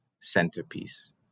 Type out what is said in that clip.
centerpiece